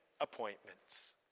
appointments